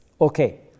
Okay